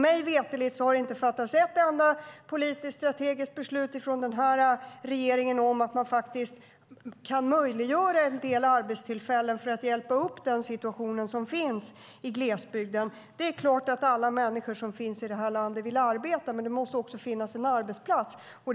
Mig veterligt har denna regering inte fattat ett enda politiskt strategiskt beslut om att möjliggöra en del arbetstillfällen för att hjälpa upp den situation som finns i glesbygden. Det är klart att alla människor i vårt land vill arbeta, men det måste finnas arbetsplatser.